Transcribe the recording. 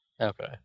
Okay